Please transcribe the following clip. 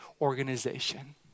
organization